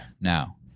now